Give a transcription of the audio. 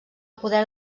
poder